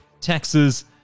taxes